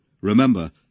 Remember